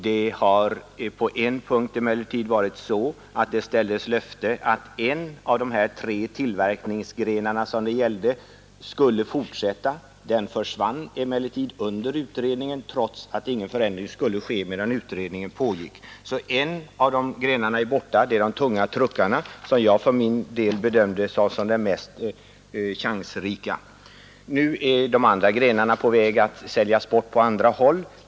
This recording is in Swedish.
Det hade ställts löfte om att de tre tillverkningsgrenar, som det här gällde, skulle fortsätta, men den ena försvann under utredningen, trots att ingen förändring skulle ske medan utredningen pågick. En av dessa grenar är alltså borta — det är de tunga truckarna — och den bedömde jag för min del som den mest chansrika. Nu är de andra grenarna på väg att säljas bort på andra håll.